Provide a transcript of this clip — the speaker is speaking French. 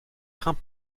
craint